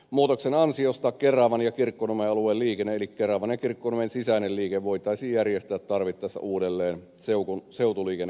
muutoksen ansiosta keravan ja kirkkonummen alueen liikenne eli keravan ja kirkkonummen sisäinen liikenne voitaisiin järjestää tarvittaessa uudelleen seutuliikennettä nopeammin